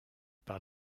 par